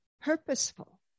purposeful